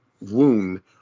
wound